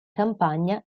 campagna